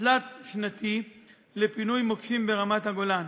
תלת-שנתי לפינוי מוקשים ברמת-הגולן.